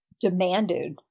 demanded